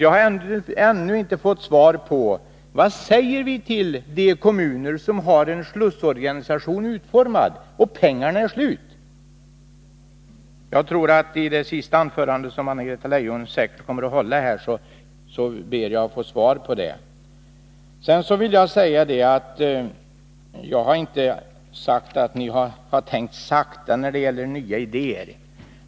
Jag har inte heller fått svar på frågan om vad vi skall säga till de kommuner som har en slussorganisation utformad men som förbrukat pengarna. Anna-Greta Leijon kommer säkert att göra ytterligare ett inlägg, och jag ber henne att då svara på detta. Jag har inte sagt att ni har ”tänkt sakta” när det gäller nya idéer.